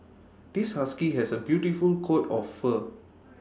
this husky has A beautiful coat of fur